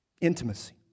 Intimacy